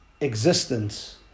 existence